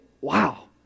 Wow